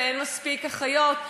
ואין מספיק אחיות,